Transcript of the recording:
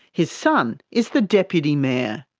his son is the deputy mayor.